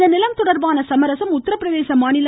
இந்த நிலம் தொடர்பான சமரசம் உத்தரப்பிரதேச மாநிலம்